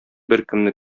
беркемне